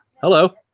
hello